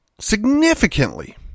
Significantly